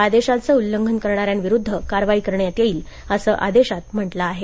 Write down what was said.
आदेशाचं उल्लंघन करणाऱ्याविरुद्ध कारवाई करण्यात येईल असं आदेशात म्हटलं आहे